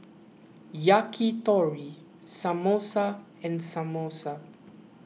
Yakitori Samosa and Samosa